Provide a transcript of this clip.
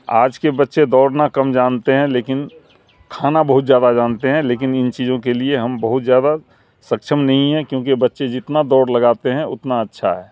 آج کے بچے دوڑنا کم جانتے ہیں لیکن کھانا بہت زیادہ جانتے ہیں لیکن ان چیزوں کے لیے ہم بہت زیادہ سکچم نہیں ہیں کیونکہ بچے جتنا دوڑ لگاتے ہیں اتنا اچھا ہے